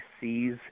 sees